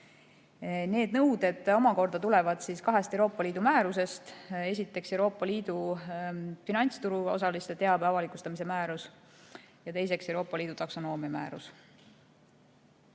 Need nõuded omakorda tulevad kahest Euroopa Liidu määrusest. Esiteks, Euroopa Liidu finantsturuosaliste teabe avalikustamise määrus, ja teiseks, Euroopa Liidu taksonoomia määrus.